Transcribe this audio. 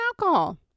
alcohol